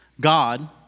God